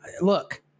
Look